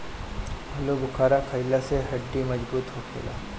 आलूबुखारा खइला से हड्डी मजबूत होखेला